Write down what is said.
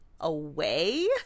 away